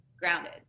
grounded